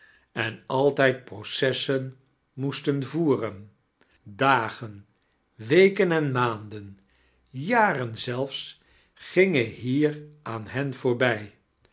an altijd procesisien moesten voeren dagen weken en maandem jaren z edfs gingen hier aan hen voorbij